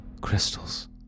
Crystals